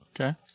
okay